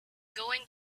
going